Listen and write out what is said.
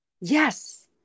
Yes